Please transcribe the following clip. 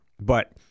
but-